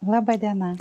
laba diena